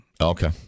Okay